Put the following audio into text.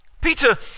Peter